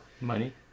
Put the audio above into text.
Money